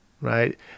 right